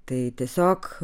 tai tiesiog